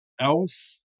else